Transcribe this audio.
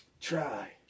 try